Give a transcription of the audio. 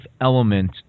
element